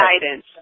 guidance